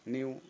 New